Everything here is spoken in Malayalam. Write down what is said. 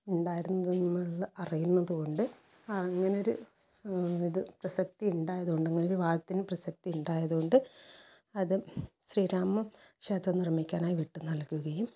ഉണ്ടായിരുന്നതെന്നുള്ള അറിയുന്നതു കൊണ്ട് അങ്ങനൊരു ഇത് പ്രസക്തി ഉണ്ടായത് കൊണ്ട് അങ്ങനെ ഒരു വാദത്തിനു പ്രസക്തി ഇണ്ടായതുകൊണ്ട് അതും ശ്രീരാമ ക്ഷേത്രം നിർമ്മിക്കാനായി വിട്ടു നൽകുകയും